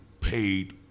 paid